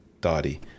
Dotty